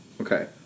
Okay